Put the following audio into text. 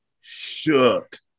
Shook